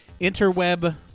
interweb